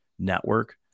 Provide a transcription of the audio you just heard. network